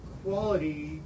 quality